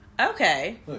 Okay